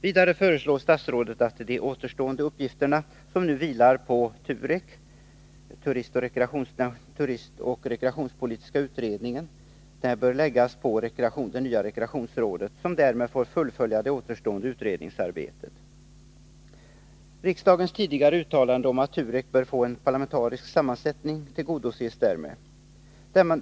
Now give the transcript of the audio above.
Vidare föreslår statsrådet att de återstående uppgifterna, som nu vilar på turistoch rekreationspolitiska utredningen, TUREK, skall läggas på det nya rekreationsrådet, som därmed får fullfölja det återstående utredningsarbetet. Riksdagens tidigare uttalande om att TUREK bör få en parlamentarisk sammansättning tillgodoses därmed.